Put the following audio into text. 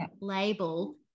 label